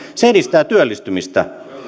se edistää työllistymistä